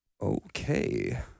Okay